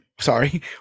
sorry